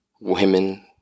women